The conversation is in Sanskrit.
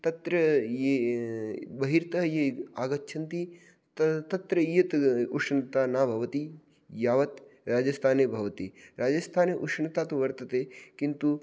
तत्र ये बहिर्तः ये आगच्छन्ति त तत्र इयत् उष्णता न भवति यावत् राजस्थाने भवति राजस्थाने उष्णता तु वर्तते किन्तु